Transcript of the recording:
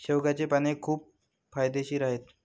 शेवग्याची पाने खूप फायदेशीर आहेत